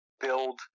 build